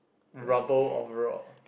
rubble or rock